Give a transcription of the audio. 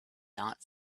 not